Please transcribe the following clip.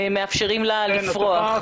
מאפשרים לה לפרוח.